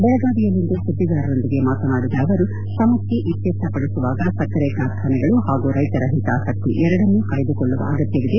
ಬೆಳಗಾವಿಯಲ್ಲಿಂದು ಸುದ್ದಿಗಾರರೊಂದಿಗೆ ಮಾತನಾಡಿದ ಅವರುಸಮಸ್ನೆ ಇತ್ಯರ್ಥಪಡಿಸುವಾಗ ಸಕ್ಕರೆ ಕಾರ್ಖಾನೆಗಳು ಹಾಗೂ ರೈತರ ಹಿತಾಸಕ್ತಿ ಎರಡನ್ನೂ ಕಾಯ್ದುಕೊಳ್ಳುವ ಅಗತ್ಯವಿದೆ